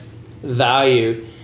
value